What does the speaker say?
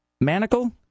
manacle